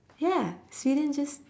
ya sweden just